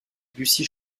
bussy